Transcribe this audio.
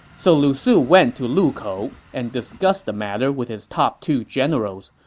so lu su went to lukou and discussed the matter with his top two generals,